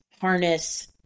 harness